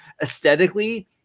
aesthetically